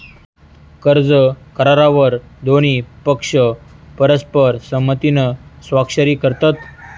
कर्ज करारावर दोन्ही पक्ष परस्पर संमतीन स्वाक्षरी करतत